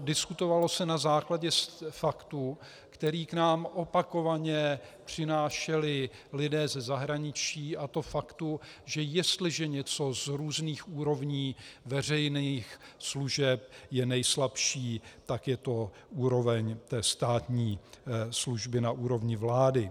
Diskutovalo se na základě faktů, které k nám opakovaně přinášeli lidé ze zahraničí, a to faktů, že jestliže něco z různých úrovní veřejných služeb je nejslabší, tak je to úroveň státní služby na úrovni vlády.